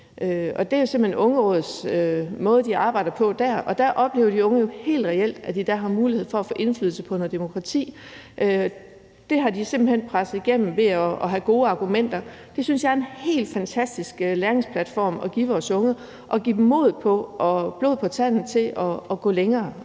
hen ungerådets måde at arbejde på dér. Og der oplever de unge jo helt reelt, at de har mulighed for at få indflydelse på noget demokrati. Det har de simpelt hen presset igennem ved at have gode argumenter, og det synes jeg er en helt fantastisk læringsplatform at give vores unge, for det giver dem mod på og blod på tanden til at gå længere